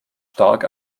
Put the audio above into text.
stark